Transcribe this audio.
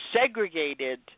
segregated